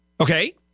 Okay